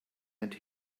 and